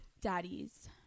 Daddies